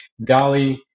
Dali